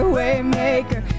waymaker